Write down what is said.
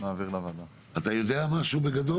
אתה יודע משהו, בגדול?